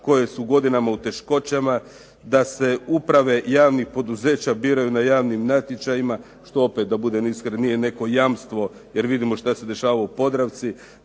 koje su godinama u teškoćama, da se uprave javnih poduzeća biraju na javnim natječajima što opet da budem iskren nije neko jamstvo, jer vidimo što se dešava u Podravci,